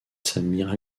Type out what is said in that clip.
samir